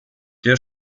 der